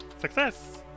Success